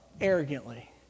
arrogantly